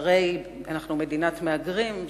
הרי אנחנו מדינת מהגרים,